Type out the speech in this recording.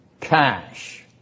Cash